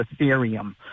Ethereum